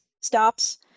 stops